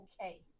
okay